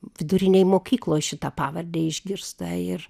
vidurinėj mokykloj šitą pavardę išgirsta ir